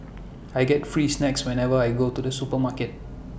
I get free snacks whenever I go to the supermarket